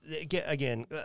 again